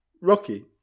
Rocky